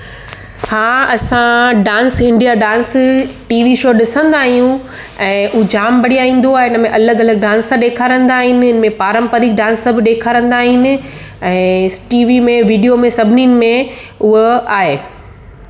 हा असां dance India dance TV show ॾिसंदा आहियूं ऐं हू जामु बढ़िया ईंदो आहे इन में अलॻि अलॻि डांस ॾेखारींदा आहिनि इन में पारम्परिक डांस सभु ॾेखारींदा आहिनि ऐं टीवी में विडियो में सभिनिनि में उहो आहे